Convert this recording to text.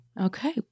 Okay